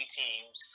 teams